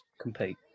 compete